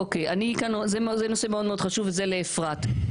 זה נושא מאוד מאוד חשוב, זה לאפרת.